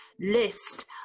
list